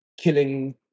killing